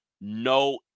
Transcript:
no